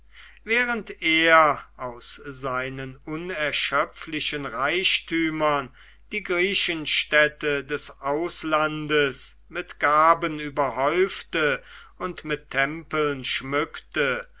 während er aus seinen unerschöpflichen reichtümern die griechenstädte des auslandes mit gaben überhäufte und mit tempeln schmückte